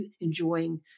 enjoying